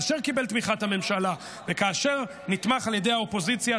אשר קיבל את תמיכת הממשלה ואשר נתמך על ידי האופוזיציה,